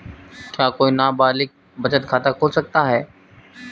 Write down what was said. क्या कोई नाबालिग बचत खाता खोल सकता है?